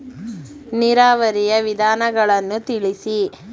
ನೀರಾವರಿಯ ವಿಧಾನಗಳನ್ನು ತಿಳಿಸಿ?